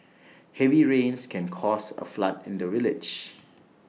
heavy rains can caused A flood in the village